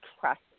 trust